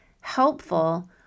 helpful